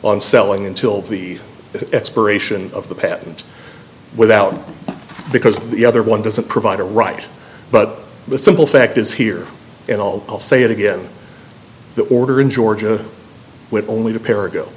on selling until the expiration of the patent without because the other one doesn't provide a right but the simple fact is here it all i'll say it again the order in georgia will only repair